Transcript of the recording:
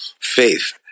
faith